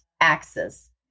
axis